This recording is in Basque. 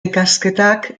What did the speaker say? ikasketak